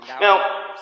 Now